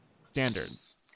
standards